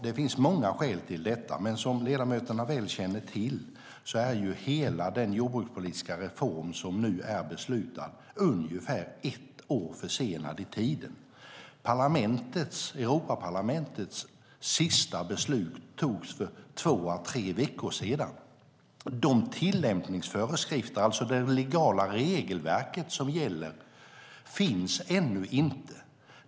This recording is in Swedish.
Det finns många skäl, men som ledamöterna väl känner till är hela den jordbrukspolitiska reform som nu är beslutad ungefär ett år försenad i tiden. Europaparlamentets sista beslut togs för två à tre veckor sedan. Tillämpningsföreskrifterna, alltså det legala regelverk som ska gälla, finns ännu inte.